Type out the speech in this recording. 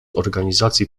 organizacji